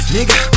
Nigga